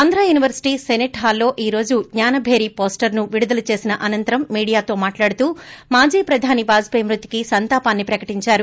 Andhra university స్తోట్ hall లో ఈ రోజు జ్ఞానభేరి పోస్టర్ ను విడుదల చేసిన అనంతరం మీడియా తో మాట్హడుతూ మాజీ ప్రధాని ్వాజపేయి మ్నతికి సంతాపాన్ని ప్రకటించారు